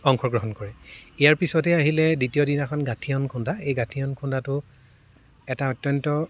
অংশগ্ৰহণ কৰে ইয়াৰ পিছতে আহিলে দ্বিতীয় দিনাখন গাঠিয়ন খুন্দা এই গাঠিয়ন খুন্দাটো এটা অত্যন্ত